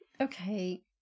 Okay